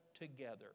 together